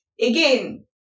again